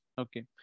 Okay